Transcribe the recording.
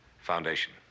Foundation